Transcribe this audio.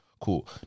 Cool